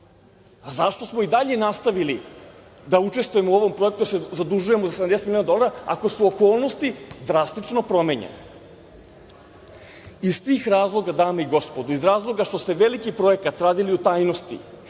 Zašto smo i dalje nastavili da učestvujemo u ovom projektu, da se zadužujemo za 70 miliona dolara, ako su okolnosti drastično promenjene? Iz tih razloga, dame i gospodo, iz razloga što ste veliki projekat radili u tajnosti